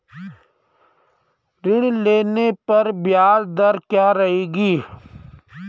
ऋण लेने पर ब्याज दर क्या रहेगी?